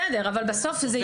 בסדר, אבל בסוף זה אישור אישי.